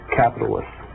capitalists